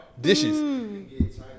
Dishes